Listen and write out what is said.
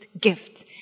gift